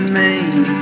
name